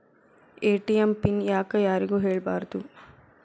ATM pin ಯಾಕ್ ಯಾರಿಗೂ ಹೇಳಬಾರದು?